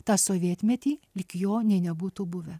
tą sovietmetį lyg jo nė nebūtų buvę